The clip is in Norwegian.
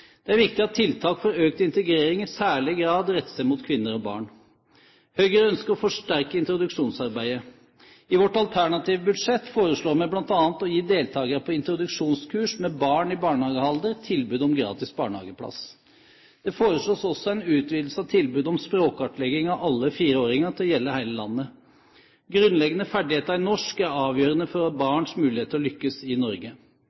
Det er viktig at tiltak for økt integrering i særlig grad retter seg mot kvinner og barn. Høyre ønsker å forsterke introduksjonsarbeidet. I vårt alternative budsjett foreslår vi bl.a. å gi deltakere på introduksjonskurs med barn i barnehagealder tilbud om gratis barnehageplass. Det foreslås også en utvidelse av tilbudet om språkkartlegging av alle 4-åringene til å gjelde hele landet. Grunnleggende ferdigheter i norsk er avgjørende for barns mulighet til å lykkes i Norge.